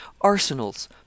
arsenals